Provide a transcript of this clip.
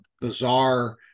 bizarre